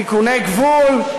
תיקוני גבול,